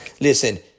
Listen